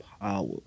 power